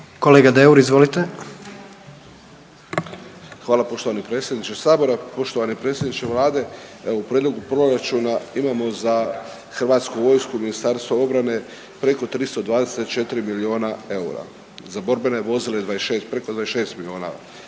**Deur, Ante (HDZ)** Hvala poštovani predsjedniče Sabora. Poštovani predsjedniče Vlade u Prijedlogu proračuna imamo za Hrvatsku vojsku, Ministarstvo obrane preko 324 milijuna eura. Za borbena vozila preko 26 milijuna,